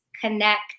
connect